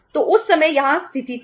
तो उस समय यही स्थिति थी